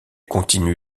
continue